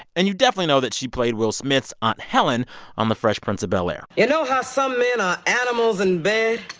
and you definitely know that she played will smith's aunt helen on the fresh prince of bel-air. you know how some men are animals in bed?